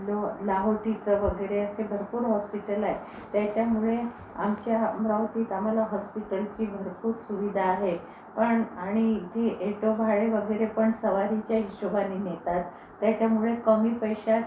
ल लाहोटीचं वगैरे असे भरपूर हॉस्पिटल आहे त्याच्यामुळे आमच्या अमरावतीत आम्हाला हॉस्पिटल्सची भरपूर सुविधा आहे पण आणि जे एटो बाहेर वगैरे पण सवारीच्या हिशोबानी नेतात त्याच्यामुळे कमी पैशात